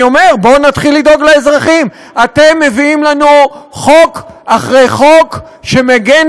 אבל זה לא החוק הזה.